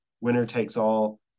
winner-takes-all